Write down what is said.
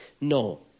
No